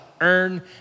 earn